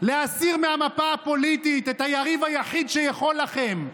להסיר מהמפה הפוליטית את היריב היחיד שיכול לכם,